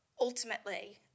ultimately